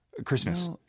Christmas